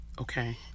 Okay